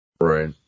Right